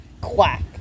quack